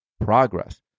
progress